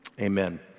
amen